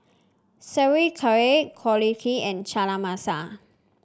Sauerkraut Korokke and Chana Masala